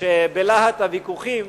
שבלהט הוויכוחים,